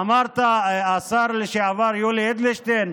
אמרת: השר לשעבר יולי אדלשטיין,